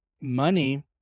money